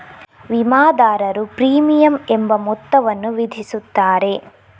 ವಿಮಾದಾರರು ಪ್ರೀಮಿಯಂ ಎಂಬ ಮೊತ್ತವನ್ನು ವಿಧಿಸುತ್ತಾರೆ